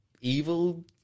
evil